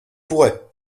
pourrait